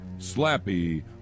Slappy